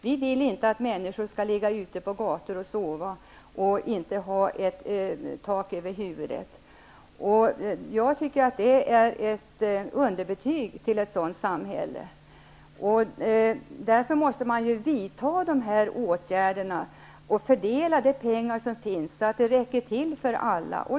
Vi vill inte att människor skall ligga ute på gator och sova och inte ha tak över huvudet. Ett samhälle där sådant förekommer tycker jag får underbetyg. Därför måste man vidta de åtgärder vi talar om och fördela de pengar som finns så att de räcker till för alla.